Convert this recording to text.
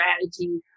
strategy